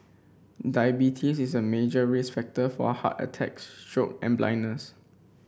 diabetes is a major risk factor for heart attacks stroke and blindness